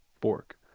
Borg